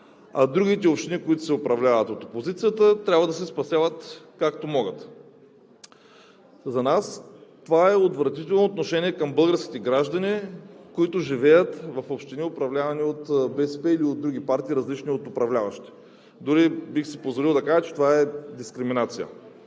а другите общини, които се управляват от опозицията, трябва да се спасяват както могат. За нас това е отвратително отношение към българските граждани, които живеят в общини, управлявани от БСП или от други партии, различни от управляващите. Дори бих си позволил да кажа, че това е дискриминация.